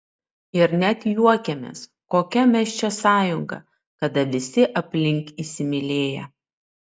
ir net juokėmės kokia mes čia sąjunga kada visi aplink įsimylėję